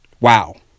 Wow